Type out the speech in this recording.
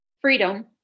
Freedom